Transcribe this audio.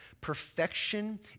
Perfection